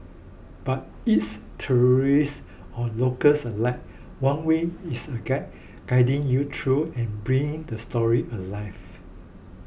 but it's tourist or locals alike one way is a guide guiding you through and bringing the stories alive